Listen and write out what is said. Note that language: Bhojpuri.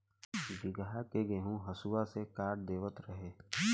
बीघहा के गेंहू हसुआ से काट देवत रहे